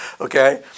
Okay